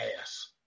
ass